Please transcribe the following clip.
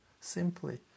Simply